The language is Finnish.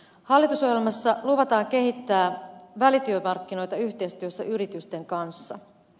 hallitusohjelmassa luvataan kehittää välityömarkkinoita yhteistyössä yritysten kanssa